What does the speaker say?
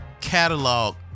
catalog